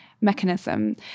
mechanism